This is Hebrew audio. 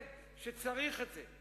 כנראה צריך את זה.